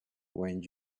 when